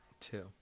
two